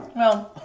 well,